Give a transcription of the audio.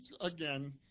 again